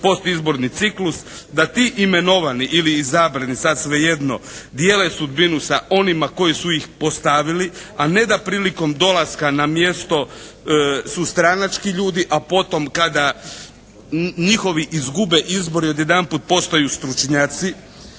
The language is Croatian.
postizborni ciklus. Da ti imenovani ili izabrani sad svejedno dijele sudbinu sa onima koji su ih postavili, a ne da prilikom dolaska na mjesto su stranački ljudi, a potom kada njihovi izgube izbore odjedanput postaju stručnjaci.